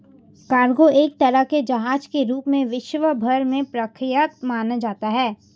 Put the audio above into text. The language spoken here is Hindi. कार्गो एक तरह के जहाज के रूप में विश्व भर में प्रख्यात माना जाता है